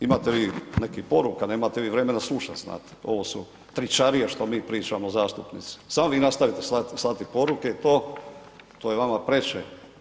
Imate vi nekih poruka, nemate vi vremena slušati znate, ovo su tričarije što mi pričamo zastupnici, samo vi nastavite slati poruke i to, to je vama preče.